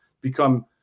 become